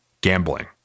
Gambling